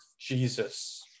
Jesus